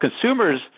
Consumers